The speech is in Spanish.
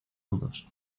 nudos